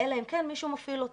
אלא אם כן מישהו מפעיל אותם.